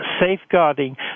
safeguarding